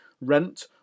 rent